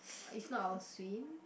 if not I will swim